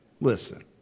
Listen